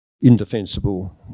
indefensible